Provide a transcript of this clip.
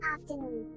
Afternoon